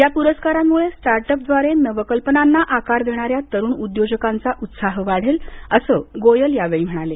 या पुरस्कारांमुळे स्टार्ट अपद्वारे नवकल्पनांना आकार देणाऱ्या तरुण उद्योजकांचा उत्साह वाढेल असं गोयल यावेळी म्हणाले